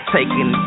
Taking